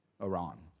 Iran